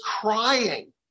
crying